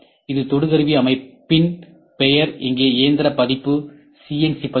இது தொடு கருவி அமைப்பு அமைப்பின் பெயர் இங்கே இயந்திர பதிப்பு சிஎன்சி பதிப்பு